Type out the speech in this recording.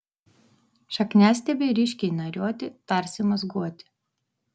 šakniastiebiai ryškiai nariuoti tarsi mazguoti